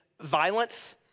violence